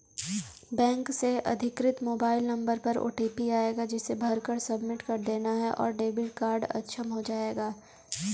bank से अधिकृत mobile number पर ओटीपी आएगा जिसे भरकर सबमिट कर देना है और डेबिट कार्ड अक्षम हो जाएगा